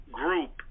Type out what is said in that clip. group